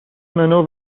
منو